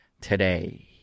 today